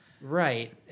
Right